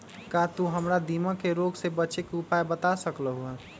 का तू हमरा दीमक के रोग से बचे के उपाय बता सकलु ह?